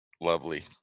lovely